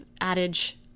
adage